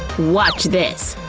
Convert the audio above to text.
watch this.